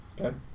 Okay